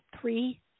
three